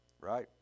right